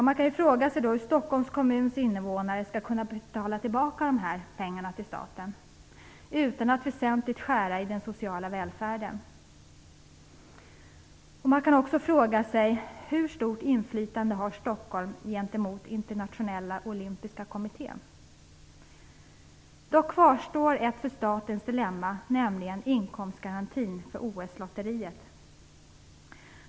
Man kan fråga sig hur invånarna i Stockholms kommun skall kunna betala tillbaka de här pengarna till staten utan att väsentliga nedskärningar måste göras i välfärden. Man kan också fråga sig hur stort inflytande Stockholm har gentemot Internationella olympiska kommittén. Ett dilemma kvarstår dock för staten, nämligen inkomstgarantin för OS-lotteriet.